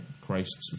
Christ's